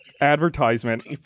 Advertisement